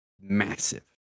massive